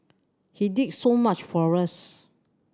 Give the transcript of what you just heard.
he did so much for us